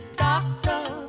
doctor